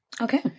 Okay